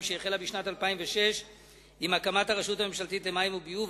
שהחלה בשנת 2006 עם הקמת הרשות הממשלתית למים וביוב.